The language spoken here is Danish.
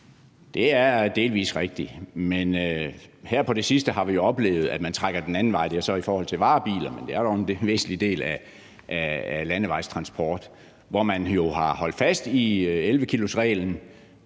Det er delvis rigtigt, men her på det sidste har vi jo oplevet, at man trækker den anden vej. Det er så i forhold til varebiler, men det er jo dog en væsentlig del af landevejstransporten, hvor man har holdt fast i 11-kilosreglen